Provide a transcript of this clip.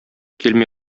килми